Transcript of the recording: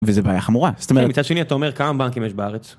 וזה בעיה חמורה, זאת אומרת... כן, מצד שני אתה אומר כמה בנקים יש בארץ.